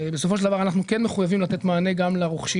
בסופו של דבר אנחנו כן מחויבים לתת מענה גם לרוכשים